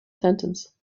sentence